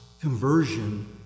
conversion